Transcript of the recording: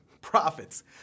Profits